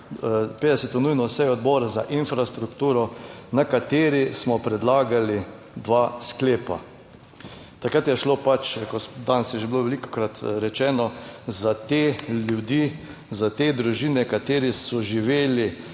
50. nujno sejo Odbora za infrastrukturo, na kateri smo predlagali dva sklepa. Takrat je šlo pač, danes je že bilo velikokrat rečeno, za te ljudi, za te družine, kateri so živeli